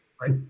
Right